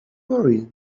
worry